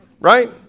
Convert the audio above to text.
Right